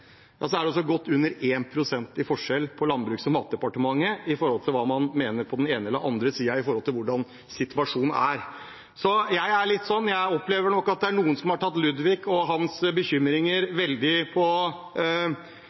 ja så er det godt under 1 pst. i forskjell mellom Landbruks- og matdepartementet og hva man mener på den ene eller andre siden om hvordan situasjonen er. Jeg opplever nok at det er noen som er som Ludvik med hans bekymringer, og er skikkelig ansvarlige. Jeg ønsker heller å være litt mer som Solan, for jeg mener han har